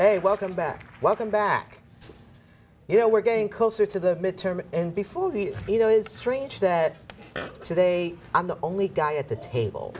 they welcome back welcome back you know we're getting closer to the midterm and before you know it's strange that today i'm the only guy at the table